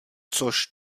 což